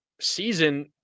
season